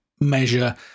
measure